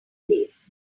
days